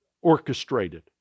orchestrated